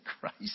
Christ